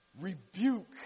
rebuke